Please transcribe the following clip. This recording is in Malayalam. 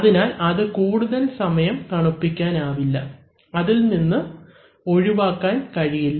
അതിനാൽ അത് കൂടുതൽ സമയം തണുപ്പിക്കാൻ ആവില്ല അതിൽനിന്ന് വായു ഒഴിവാക്കാൻ കഴിയില്ല